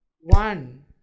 one